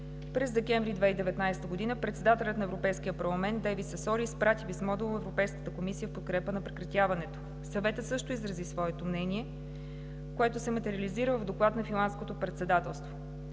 месец декември 2019 г. председателят на Европейския парламент Дейвид Сасоли изпрати писмо до Европейската комисия в подкрепа на прекратяването. Съветът също изрази своето мнение, което се материализира в доклад на Финландското председателство.